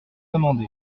amendé